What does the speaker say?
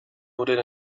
noted